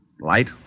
Light